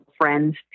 friends